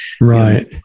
Right